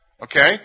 Okay